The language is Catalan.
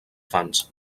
fans